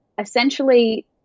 essentially